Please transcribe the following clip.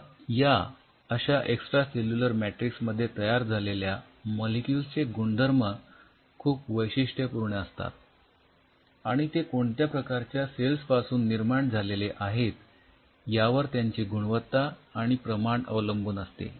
आता या अशा एक्सट्रा सेल्युलर मॅट्रिक्स मध्ये तयार झालेल्या मॉलिक्युल्स चे गुणधर्म खूप वैशिष्ठ्यपूर्ण असतात आणि ते कोणत्या प्रकारच्या सेल्स पासून निर्माण झालेले आहेत यावर त्यांची गुणवत्ता आणि प्रमाण अवलंबून असते